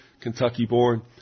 Kentucky-born